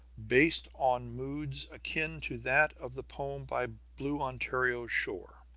based on moods akin to that of the poem by blue ontario's shore.